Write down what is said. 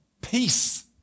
peace